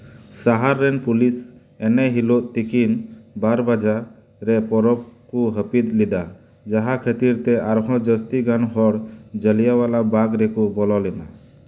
ᱥᱟᱦᱟᱨ ᱨᱮᱱ ᱯᱩᱞᱤᱥ ᱮᱱᱮᱦᱤᱞᱳᱜ ᱛᱤᱠᱤᱱ ᱵᱟᱨ ᱵᱟᱡᱟᱜ ᱨᱮ ᱯᱚᱨᱚᱵ ᱠᱚ ᱦᱟᱹᱯᱤᱫ ᱞᱮᱫᱟ ᱡᱟᱦᱟᱸ ᱠᱷᱟᱹᱛᱤᱨ ᱛᱮ ᱟᱨᱦᱚᱸ ᱡᱟᱹᱥᱛᱤ ᱜᱟᱱ ᱦᱚᱲ ᱡᱟᱞᱤᱭᱟᱣᱟᱞᱟᱵᱟᱜᱽ ᱨᱮᱠᱚ ᱵᱚᱞᱚ ᱞᱮᱱᱟ